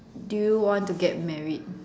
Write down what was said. do you want to get married